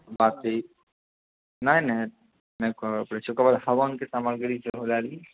माचिस नहि नहि करए पड़ै छै ओकरबाद हवनके सामग्री सेहो लए लेब